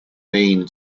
been